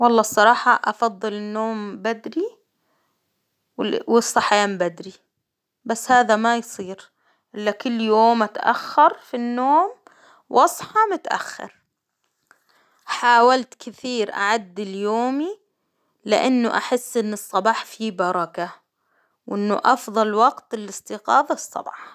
والله الصراحة أفضل النوم بدري، والصحيان بدري، بس هذا ما يصير، الأ كل يوم أتأخر في النوم واصحى متأخر، حاولت كثير أعدل يومي لإنه أحس إن الصباح فيه بركة، وإنه أفظل وقت للاستيقاظ في الصباح.